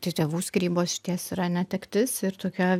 tai tėvų skyrybos išties yra netektis ir tokia